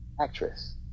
actress